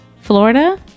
Florida